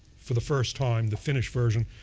for the first time, the finished version,